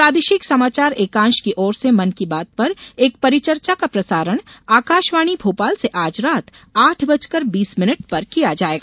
प्रादेशिक समाचार एकांश की ओर से मन की बात पर एक परिचर्चा का प्रसारण आकाशवाणी भोपाल से आज रात आठ बजकर बीस मिनट पर किया जायेगा